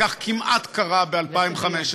וכך כמעט קרה ב-2015.